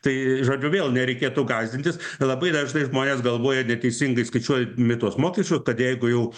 tai žodžiu vėl nereikėtų gąsdintis labai dažnai žmonės galvoja neteisingai skaičiuodami tuos mokesčius kad jeigu jau